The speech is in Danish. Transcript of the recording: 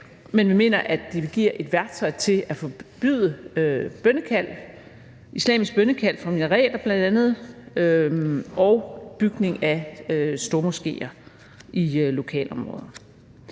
Men vi mener, det giver et værktøj til at forbyde islamisk bønnekald fra bl.a. minareter og bygning af stormoskéer i lokalområder.